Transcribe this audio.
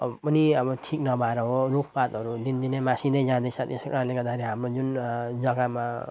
पनि अब ठिक नभएर हो रुखपातहरू दिनदिनै मासिँदै जाँदैछ त्यसै कारणले गर्दाखेरि हाम्रो जुन जग्गामा